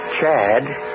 Chad